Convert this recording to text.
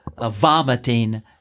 vomiting